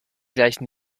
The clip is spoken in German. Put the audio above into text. gleichen